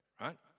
right